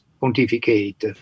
pontificate